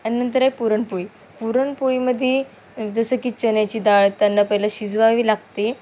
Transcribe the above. आणि नंतर आहे पुरणपोळी पुरणपोळीमध्ये जसं की चण्याची डाळ त्यांना पहिला शिजवावी लागते